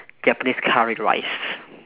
japanese curry rice